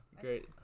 Great